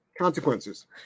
consequences